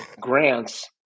grants